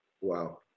Wow